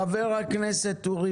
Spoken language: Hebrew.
חבר הכנסת אורי